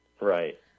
Right